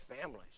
families